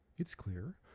it's clear,